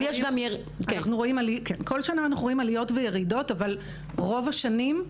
כל שנה אנחנו רואים עליות וירידות אבל רוב השנים,